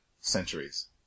centuries